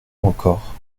encore